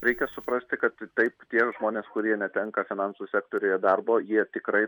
reikia suprasti kad taip tie žmonės kurie netenka finansų sektoriuje darbo jie tikrai